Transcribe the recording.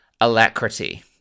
alacrity